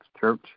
Church